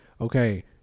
okay